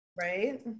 Right